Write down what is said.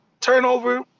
turnover